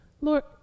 Lord